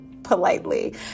politely